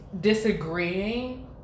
disagreeing